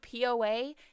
POA